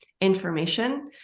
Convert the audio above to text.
information